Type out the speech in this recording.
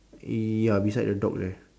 ya beside the dog there